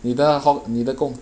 你的 haw~ 你的工